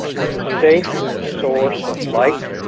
was a safe source of like